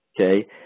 okay